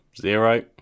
Zero